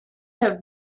have